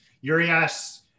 Urias